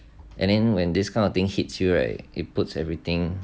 and then when this kind of thing hits you right it puts everything